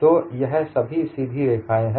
तो यह सभी सीधी रेखाएं है